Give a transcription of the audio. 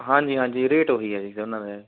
ਹਾਂਜੀ ਹਾਂਜੀ ਰੇਟ ਉਹੀ ਆ ਜੀ ਦੋਨਾਂ ਦਾ